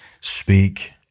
speak